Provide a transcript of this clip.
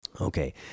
okay